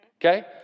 Okay